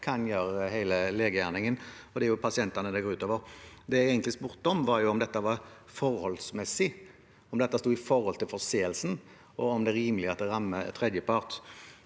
kan gjøre hele legegjerningen, og det er pasientene det går ut over. Det jeg egentlig spurte om, var om dette var forholdsmessig, om det sto i forhold til forseelsen, og om det er rimelig at det rammer tredjepart.